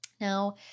Now